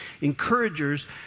encouragers